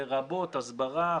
לרבות הסברה,